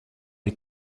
les